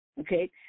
Okay